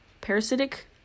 parasitic